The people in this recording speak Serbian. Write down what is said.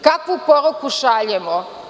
Kakvu poruku šaljemo?